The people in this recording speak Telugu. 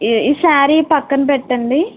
ఈ ఈ శారీ పక్కన పెట్టండి